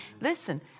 Listen